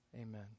amen